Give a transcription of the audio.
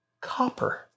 copper